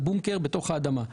הבונקר בתוך האדמה.